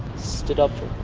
stood up for